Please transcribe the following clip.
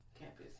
Campus